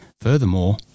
Furthermore